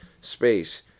space